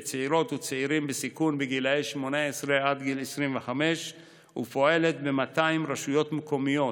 בצעירות ובצעירים בסיכון בגילי 18 עד 25 ופועלת ב-200 רשויות מקומיות,